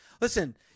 Listen